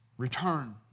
return